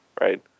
right